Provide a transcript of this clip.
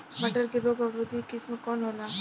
मटर के रोग अवरोधी किस्म कौन होला?